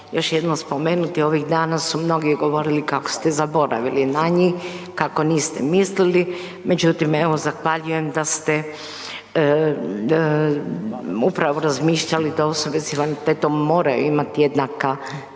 još jednom spomenuti, ovih dana su mnogi govorili kako ste zaboravili na njih, kako niste mislili, međutim, evo, zahvaljujem da ste upravo razmišljali da osobe s invaliditetom moraju imati jednaka